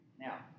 Now